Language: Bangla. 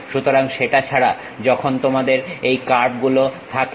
সুতরাং সেটা ছাড়া যখন তোমাদের এই কার্ভগুলো থাকে